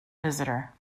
visitor